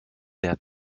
der